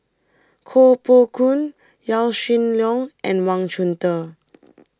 Koh Poh Koon Yaw Shin Leong and Wang Chunde